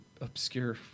obscure